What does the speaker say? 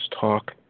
talk